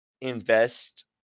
invest